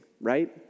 right